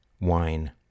wine